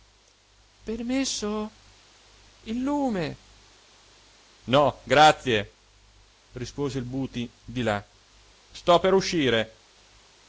permesso il lume no grazie rispose il buti di là sto per uscire